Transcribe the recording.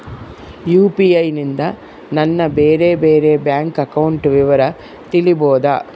UPI ನಿಂದ ನನ್ನ ಬೇರೆ ಬೇರೆ ಬ್ಯಾಂಕ್ ಅಕೌಂಟ್ ವಿವರ ತಿಳೇಬೋದ?